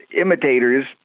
imitators